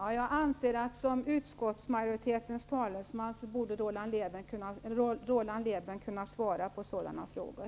Herr talman! Som utskottsmajoritetens talesman borde Roland Lében kunna svara på sådana frågor.